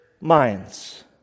minds